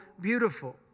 beautiful